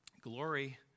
glory